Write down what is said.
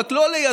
רק לא לידנו,